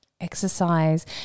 exercise